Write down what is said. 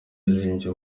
yaririmbye